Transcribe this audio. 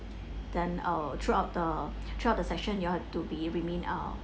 then I'll throughout the throughout the session you all have to be remain